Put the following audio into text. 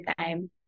time